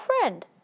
friend